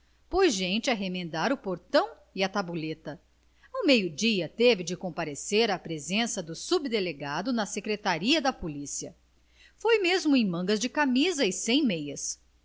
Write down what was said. pôs gente a remendar o portão e a tabuleta ao meio-dia teve de comparecer à presença do subdelegado na secretaria da polícia foi mesmo em mangas de camisa e sem meias